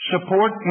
support